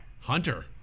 Hunter